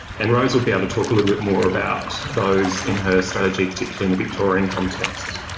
and rose will be able to talk a little bit more about those in her strategy, particularly in the victorian context.